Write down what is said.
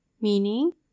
meaning